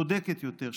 צודקת יותר,